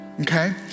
okay